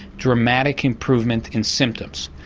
dramatic improvement in symptoms.